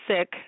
sick